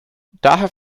daher